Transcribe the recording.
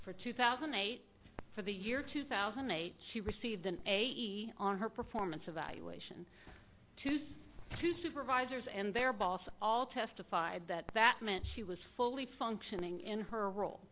for two thousand and eight for the year two thousand and eight she received an eighty on her performance evaluation to see two supervisors and their boss all testified that that meant she was fully functioning in her role